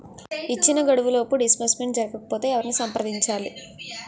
ఇచ్చిన గడువులోపు డిస్బర్స్మెంట్ జరగకపోతే ఎవరిని సంప్రదించాలి?